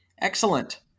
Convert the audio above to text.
Excellent